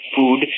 food